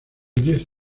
diez